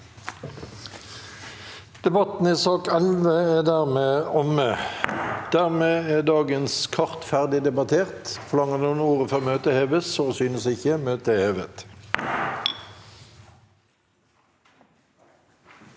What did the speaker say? Debatten i sak nr. 11 er der- med omme. Dermed er dagens kart ferdig debattert. Forlanger noen ordet før møtet heves? – Så synes ikke, og møtet er hevet.